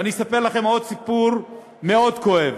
ואני אספר לכם סיפור מאוד כואב: